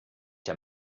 der